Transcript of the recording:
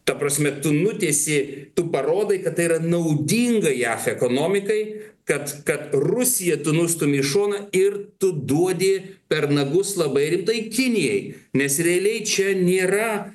ta prasme tu nutiesi tu parodai kad tai yra naudinga ją ekonomikai kad kad rusiją tu nustumi į šoną ir tu duodi per nagus labai rimtai kinijai nes realiai čia nėra